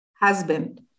husband